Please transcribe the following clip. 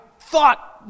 thought